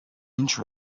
inch